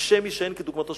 אנטישמי שאין כדוגמתו,